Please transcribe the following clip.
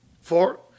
four